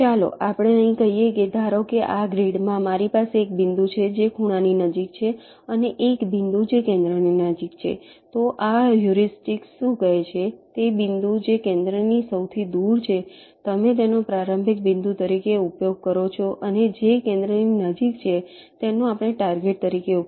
ચાલો આપણે અહીં કહીએ કે ધારો કે આ ગ્રીડમાં મારી પાસે એક બિંદુ છે જે ખૂણાની નજીક છે અને એક બિંદુ જે કેન્દ્રની નજીક છેતો આ હ્યુરિસ્ટિક્સ શું કહે છે તે બિંદુ જે કેન્દ્રથી સૌથી દૂર છે તમે તેનો પ્રારંભિક બિંદુ તરીકે ઉપયોગ કરો છો અને જે કેન્દ્રની નજીક છે તેનો આપણે ટાર્ગેટ તરીકે ઉપયોગ કરીએ છીએ